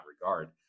regard